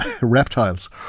reptiles